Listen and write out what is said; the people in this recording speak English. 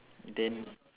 then